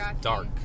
dark